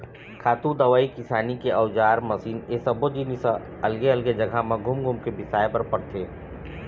खातू, दवई, किसानी के अउजार, मसीन ए सब्बो जिनिस ह अलगे अलगे जघा म घूम घूम के बिसाए बर परथे